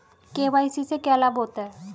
KYC से क्या लाभ होता है?